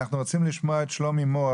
אנחנו רוצים לשמוע את שלומי מור,